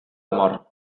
amor